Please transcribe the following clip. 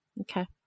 Okay